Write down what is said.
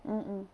mm